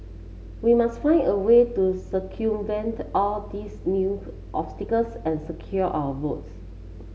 we must find a way to circumvent all these new obstacles and secure our votes